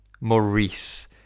Maurice